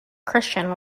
christian